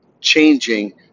changing